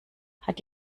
hat